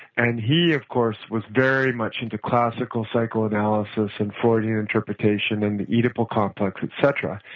and he of course was very much into classical psychoanalysis and four-year interpretation and the oedipal complex et cetera,